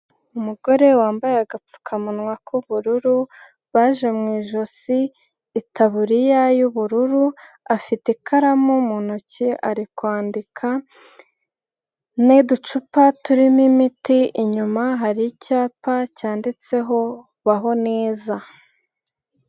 Umugore wambaye agapfukamunwa k'ubururu, baje mu ijosi, itaburiya y'ubururu, afite ikaramu mu ntoki ari kwandika n'uducupa turimo imiti, inyuma hari icyapa cyanditseho baho neza.